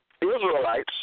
Israelites